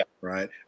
right